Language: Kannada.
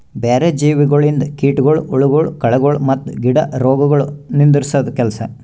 ಬ್ಯಾರೆ ಜೀವಿಗೊಳಿಂದ್ ಕೀಟಗೊಳ್, ಹುಳಗೊಳ್, ಕಳೆಗೊಳ್ ಮತ್ತ್ ಗಿಡ ರೋಗಗೊಳ್ ನಿಂದುರ್ಸದ್ ಕೆಲಸ